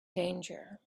danger